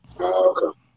okay